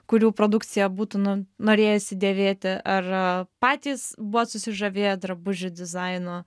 kurių produkciją būtų nu norėjosi dėvėti ar patys buvot susižavėję drabužių dizainu